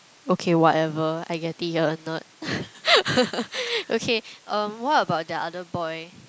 okay whatever I get it you're a nerd okay um what about the other boy